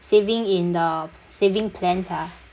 saving in the saving plans ah